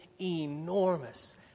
enormous